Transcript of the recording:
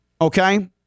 okay